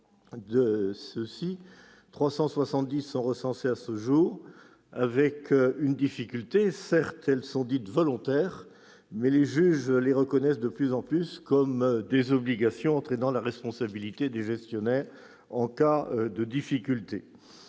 du sport en général. Ces normes soulèvent une difficulté : si elles sont dites « volontaires », les juges les reconnaissent de plus en plus comme des obligations entraînant la responsabilité des gestionnaires en cas de difficultés.